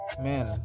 Man